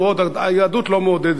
היהדות לא מעודדת את זה.